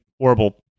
horrible